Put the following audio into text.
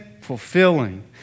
fulfilling